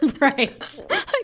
Right